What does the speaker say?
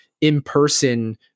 in-person